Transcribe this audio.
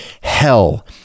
hell